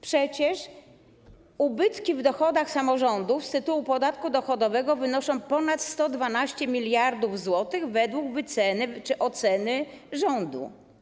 Przecież ubytki w dochodach samorządów z tytułu podatku dochodowego wynoszą ponad 112 mld zł według wyceny czy oceny rządu.